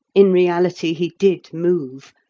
in reality he did move,